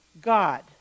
God